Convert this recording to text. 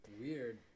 weird